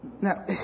Now